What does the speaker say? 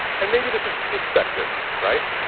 and maybe this is to be expected, right?